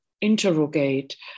interrogate